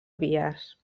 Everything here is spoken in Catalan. vies